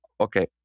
Okay